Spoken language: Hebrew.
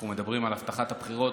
אנחנו מדברים על הבטחת הבחירות,